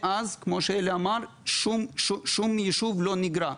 מאז, כמו שהוא אמר, שום יישוב לא נגרע.